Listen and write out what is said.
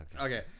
Okay